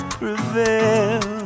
prevail